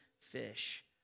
fish